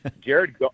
Jared